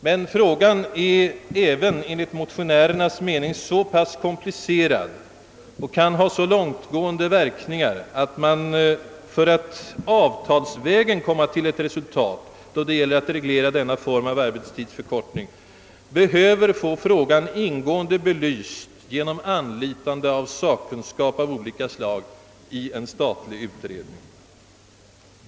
Men enligt motionärernas mening är frågan också så komplicerad och kan ha så långtgående verkningar, att man för att avtalsvägen komma till ett resultat, då det gäller att reglera denna form av arbetstidsförkortning, behöver få frågan ingående belyst genom anlitande av sakkunskap av olika slag i en statlig utredning.